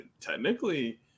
technically